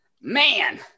Man